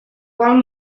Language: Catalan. qual